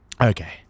Okay